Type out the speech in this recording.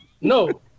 No